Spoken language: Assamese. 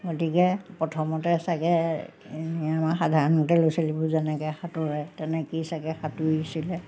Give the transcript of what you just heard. গতিকে প্ৰথমতে চাগৈ আমাৰ সাধাৰণতে ল'ৰা ছোৱালীবোৰ যেনেকৈ সাঁতোৰে তেনেকৈয়ে চাগৈ সাঁতোৰিছিলে